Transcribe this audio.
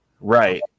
Right